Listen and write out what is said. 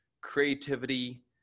creativity